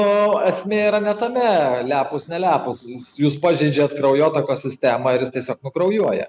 o esmė yra ne tame lepūs nelepūs jūs pažeidžiat kraujotakos sistemą ir jis tiesiog nukraujuoja